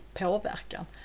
påverkan